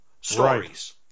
stories